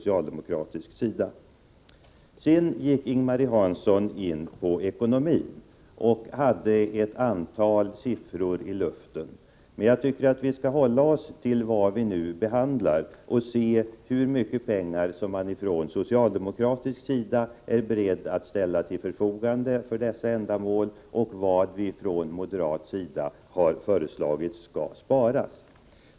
Ing-Marie Hansson gick sedan in på ekonomi och nämnde ett antal siffror. Jag tycker att vi skall hålla oss till vad vi nu behandlar och se hur mycket pengar man från socialdemokratisk sida är beredd att ställa till förfogande för dessa ändamål och hur mycket vi från moderat sida har föreslagit skall sparas.